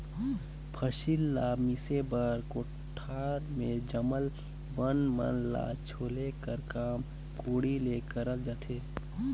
फसिल ल मिसे बर कोठार मे जामल बन मन ल छोले कर काम कोड़ी ले करल जाथे